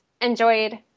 enjoyed